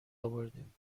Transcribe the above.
آوردیم